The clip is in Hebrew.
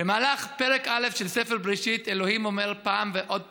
במהלך פרק א' של ספר בראשית אלוהים אומר פעם ועוד פעם: